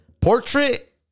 Portrait